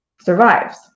survives